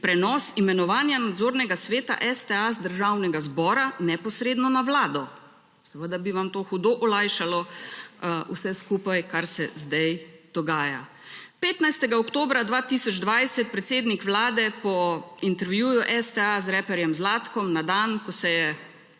prenos imenovanja nadzornega sveta STA z Državnega zbora neposredno na vlado. Seveda bi vam to hudo olajšalo vse skupaj, kar se zdaj dogaja. 15. oktobra 2020 predsednik vlade po intervjuju STA z raperjem Zlatkom na dan, ko se je